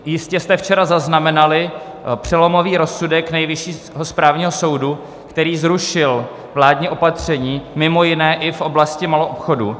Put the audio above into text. Jistě jste včera zaznamenali přelomový rozsudek Nejvyššího správního soudu, který zrušil vládní opatření, mimo jiné i v oblasti maloobchodu.